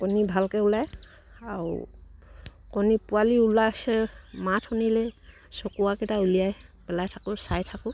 কণী ভালকে ওলায় আও কণী পোৱালি ওলাইছে মাত শুনিলে চোকোৱাকেইটা উলিয়াই পেলাই থাকোঁ চাই থাকোঁ